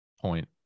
point